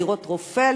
לראות רופא,